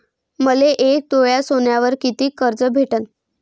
मले एक तोळा सोन्यावर कितीक कर्ज भेटन?